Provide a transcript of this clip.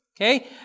okay